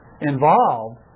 involved